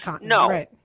No